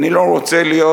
אני לא רוצה להיות,